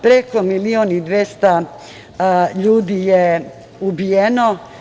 Preko milion i 200 ljudi je ubijeno.